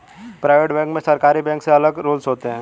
private bank में सरकारी bank से अलग रूल्स होते है